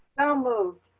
move.